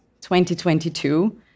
2022